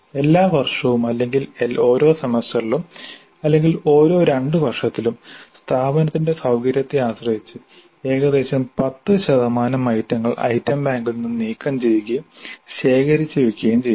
എല്ലാ വർഷവും അല്ലെങ്കിൽ ഓരോ സെമസ്റ്ററിലും അല്ലെങ്കിൽ ഓരോ 2 വർഷത്തിലും സ്ഥാപനത്തിന്റെ സൌകര്യത്തെ ആശ്രയിച്ച് ഏകദേശം 10 ശതമാനം ഐറ്റങ്ങൾ ഐറ്റം ബാങ്കിൽ നിന്ന് നീക്കംചെയ്യുകയും ശേഖരിച്ച് വക്കുകയും ചെയ്യാം